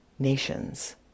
nations